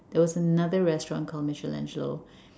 there was another restaurant called Michelangelo